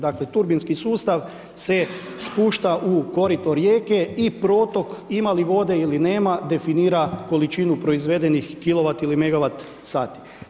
Dakle turbinski sustav se spušta u korito rijeke i protok, ima li vode ili nema, definira količinu proizvedenih kilovat ili megawat sati.